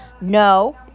No